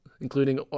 including